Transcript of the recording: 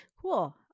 Cool